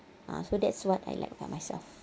ah so that's what I like about myself